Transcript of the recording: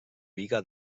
biga